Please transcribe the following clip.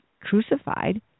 crucified